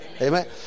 amen